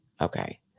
okay